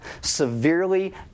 severely